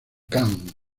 can